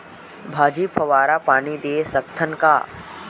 भाजी फवारा पानी दे सकथन का?